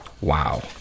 Wow